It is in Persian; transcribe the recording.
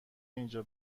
اینجا